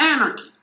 anarchy